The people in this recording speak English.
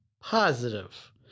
positive